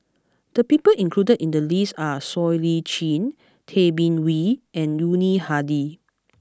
the people included in the list are Siow Lee Chin Tay Bin Wee and Yuni Hadi